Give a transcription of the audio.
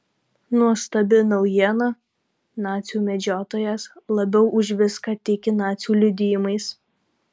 nuostabi naujiena nacių medžiotojas labiau už viską tiki nacių liudijimais